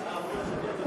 תסבירו לי, אני בעד לשמוע.